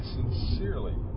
sincerely